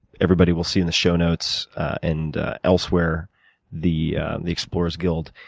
everybody will see in the sow notes and elsewhere the the explorer's guild.